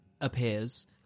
Appears